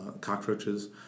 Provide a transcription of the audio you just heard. cockroaches